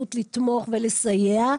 האפשרות לתמוך ולסייע.